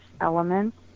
elements